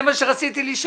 את זה רציתי לשאול.